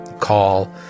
call